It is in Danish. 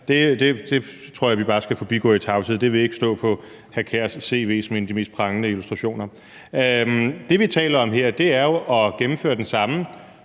tror jeg vi bare skal forbigå i tavshed. Det vil ikke stå på hr. Kasper Sand Kjærs cv som en af de mest prangende illustrationer. Det, vi taler om her, er jo at gennemføre den samme